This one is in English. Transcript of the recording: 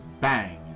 Bang